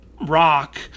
rock